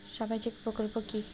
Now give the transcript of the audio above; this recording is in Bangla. সামাজিক প্রকল্প কি?